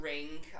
Ring